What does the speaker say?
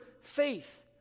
faith